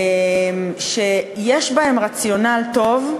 שיש בהם רציונל טוב,